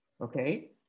Okay